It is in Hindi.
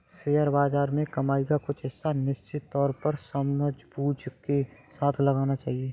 शेयर बाज़ार में कमाई का कुछ हिस्सा निश्चित तौर पर समझबूझ के साथ लगाना चहिये